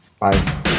Bye